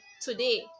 today